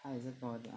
他也是跟我聊